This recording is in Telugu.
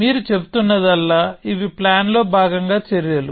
మీరు చెబుతున్నదల్లా ఇవి ప్లాన్ లో భాగంగా చర్యలు